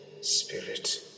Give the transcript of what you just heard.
Spirit